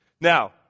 Now